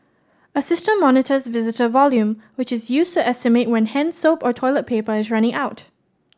a system monitors visitor volume which is used to estimate when hand soap or toilet paper is running out